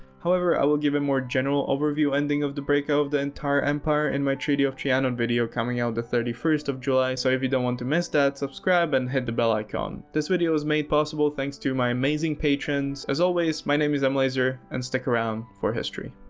however, i will give a more general overview ending of the break of the entire empire in my treaty of trianon video coming out on the thirty first of july so if you don't want to miss that subscribe and hit the bell icon. this video was made possible thanks to my amazing patreons, as always my name is m. laser, and stick around for history.